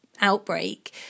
outbreak